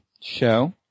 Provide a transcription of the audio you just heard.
show